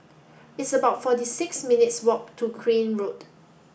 it's about forty six minutes' walk to Crane Road